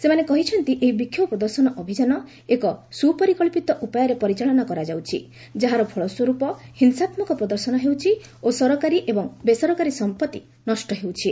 ସେମାନେ କହିଛନ୍ତି ଏହି ବିକ୍ଷୋଭ ପ୍ରଦର୍ଶନ ଅଭିଯାନ ଏକ ସୁପରିକ୍ଷିତ ଉପାୟରେ ପରିଚାଳନା କରାଯାଉଛି ଯାହାର ଫଳସ୍ୱର୍ପ ହିଂସାତ୍ମକ ପ୍ରଦର୍ଶନ ହେଉଛି ଓ ସରକାରୀ ଏବଂ ବେସରକାରୀ ସମ୍ପତ୍ତି ନଷ୍ଟ ହେଉଛି